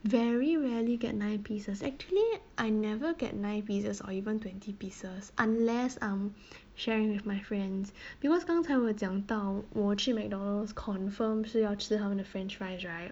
very rarely get nine pieces actually I never get nine pieces or even twenty pieces unless I'm sharing with my friends because 刚才我讲到我去 McDonald's confirmed 是要吃他们的 french fries right